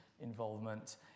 involvement